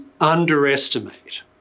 underestimate